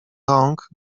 rąk